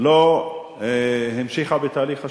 לא המשיכה בתהליך השלום.